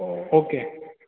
okay